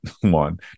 one